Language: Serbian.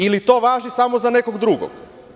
Ili to važi samo za nekog drugog?